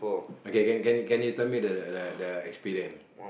okay can can you tell me the experience